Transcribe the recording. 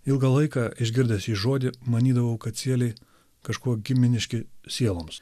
ilgą laiką išgirdęs šį žodį manydavau kad sieliai kažkuo giminiški sieloms